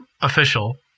official